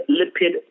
lipid